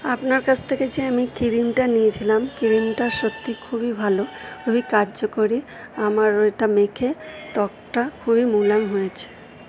আপনার কাছ থেকে যে আমি ক্রিমটা নিয়েছিলাম ক্রিমটা সত্যি খুবই ভালো খুবই কার্যকরী আমার ওইটা মেখে ত্বকটা খুবই মোলায়েম হয়েছে